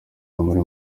muri